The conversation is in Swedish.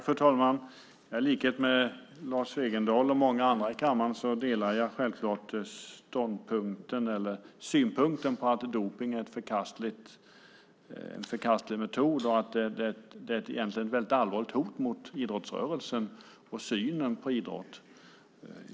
Fru talman! I likhet med Lars Wegendal och många andra i kammaren delar jag självklart synpunkten att dopning är en förkastlig metod och egentligen ett väldigt allvarligt hot mot idrottsrörelsen och synen på idrott.